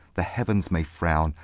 the heavens may frown,